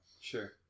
Sure